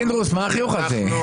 פינדרוס, מה החיוך הזה?